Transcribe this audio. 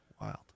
Wild